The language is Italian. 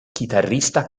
chitarrista